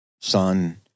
son